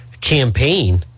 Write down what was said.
campaign